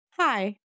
Hi